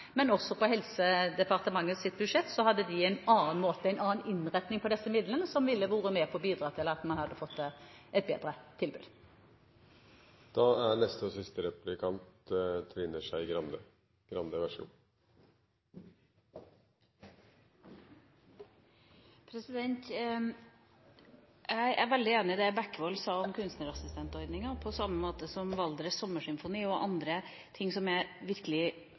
men også i Helse- og omsorgsdepartementets budsjett hadde vi en annen innretning på disse midlene som ville vært med og bidratt til at man hadde fått et bedre tilbud. Jeg er veldig enig i det Bekkevold sa om kunstnerassistentordninga. På samme måte er Valdres Sommersymfoni og andre ting som virkelig er